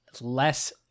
less